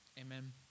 Amen